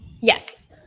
yes